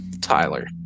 Tyler